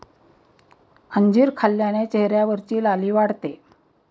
अंजीर खाल्ल्याने चेहऱ्यावरची लाली वाढते